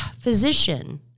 physician